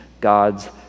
God's